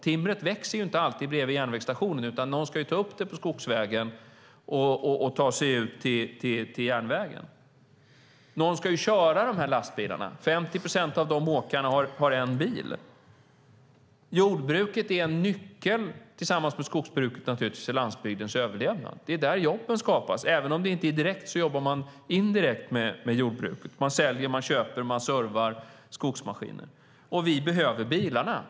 Timret växer ju inte alltid bredvid järnvägsstationen utan någon ska ta upp det på skogsvägen och ta sig till järnvägen. Någon ska köra de här lastbilarna. 50 procent av de åkarna har en bil. Jordbruket är en nyckel, naturligtvis tillsammans med skogsbruket, för landsbygdens överlevnad. Det är där jobben skapas. Även om det inte är direkt jobbar man indirekt med jordbruket. Man säljer, man köper och man servar skogsmaskiner. Vi behöver bilarna.